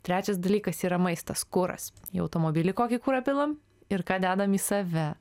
trečias dalykas yra maistas kuras į automobilį kokį kurą pilam ir ką dedam į save